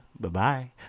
Bye-bye